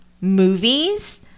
movies